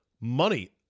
money